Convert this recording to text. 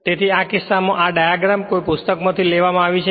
તેથી આ કિસ્સામાં આ ડાયગ્રામ કોઈ પુસ્તકમાંથી લેવામાં આવી છે